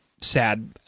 sad